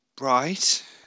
Right